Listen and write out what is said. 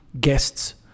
guests